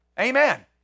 Amen